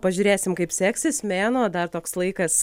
pažiūrėsim kaip seksis mėnuo dar toks laikas